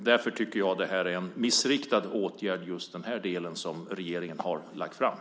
Därför tycker jag att det som regeringen just i den här delen lagt fram är en missriktad åtgärd.